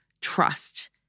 trust